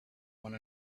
one